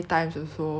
at the end